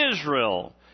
Israel